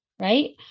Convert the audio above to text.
right